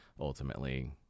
ultimately